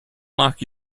knock